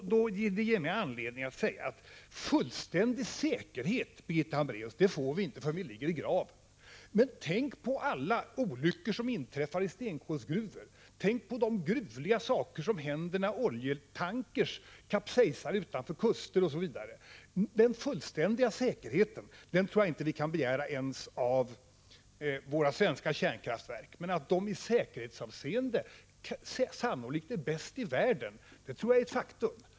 Det ger mig anledning att säga att fullständig säkerhet, Birgitta Hambraeus, får vi inte förrän vi ligger i graven. Men tänk på alla olyckor som inträffar i stenkolsgruvor, tänk på de gruvliga saker som händer när oljetankrar kapsejsar utanför kuster, osv. Den fullständiga säkerheten tror jag inte att vi kan begära ens av våra svenska kärnkraftverk. Men i säkerhetsavseende är de svenska kärnkraftverken sannolikt bäst i världen. Det tror jag är ett faktum.